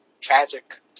Tragic